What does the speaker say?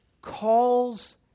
calls